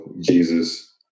Jesus